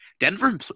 Denver